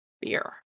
beer